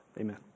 Amen